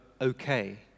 okay